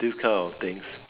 this kind of things